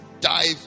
dive